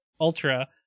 Ultra